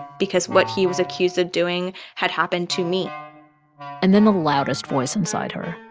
because what he was accused of doing had happened to me and then the loudest voice inside her,